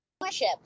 worship